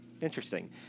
interesting